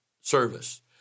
service